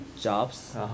Jobs